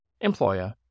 employer